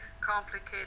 complicated